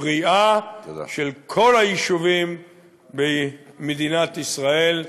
בריאה של כל היישובים במדינת ישראל,